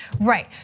Right